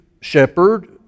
shepherd